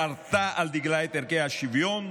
חרתה על דגלה את ערכי השוויון,